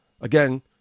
Again